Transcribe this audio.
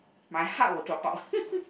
my heart will drop out